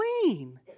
clean